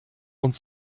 und